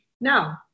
No